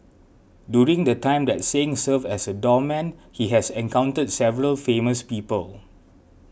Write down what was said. during the time that Singh served as a doorman he has encountered several famous people